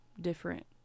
different